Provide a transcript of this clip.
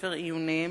בתי-ספר עיוניים,